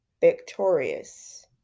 Victorious